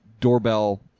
doorbell